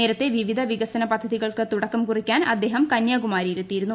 നേരത്തെ വിവിധ വികസന പദ്ധതിക്ൾക്ക് തുടക്കം കുറിക്കാൻ അദ്ദേഹം കന്യാകുമാരിയിലെത്തിയിരുന്നു